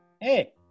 Hey